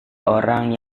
orang